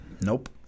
Nope